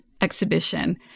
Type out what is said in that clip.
exhibition